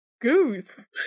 goose